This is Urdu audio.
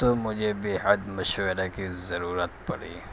تو مجھے بیحد مشورہ کی ضرورت پڑی